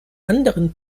anderen